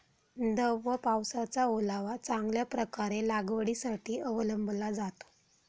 दव व पावसाचा ओलावा चांगल्या प्रकारे लागवडीसाठी अवलंबला जातो